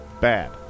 Bad